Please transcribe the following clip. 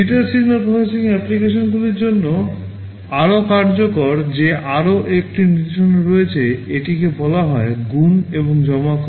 digital signal processing অ্যাপ্লিকেশনগুলির জন্য আরও কার্যকর যে আরও একটি নির্দেশনা রয়েছে এটিকে বলা হয় গুণ এবং জমা করা